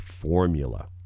formula